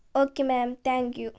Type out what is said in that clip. okay ma'am thank you